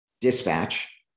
dispatch